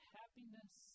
happiness